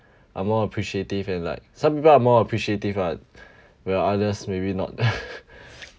are more appreciative and like some people are more appreciative ah where others maybe not